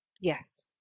Yes